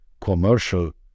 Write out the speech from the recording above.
commercial